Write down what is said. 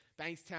Bankstown